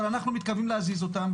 אבל אנחנו מתכוונים להזיז אותם,